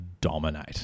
dominate